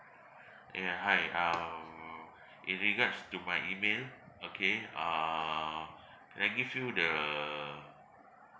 ya hi um in regards to my email okay uh can I give you the